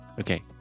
Okay